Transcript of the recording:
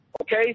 okay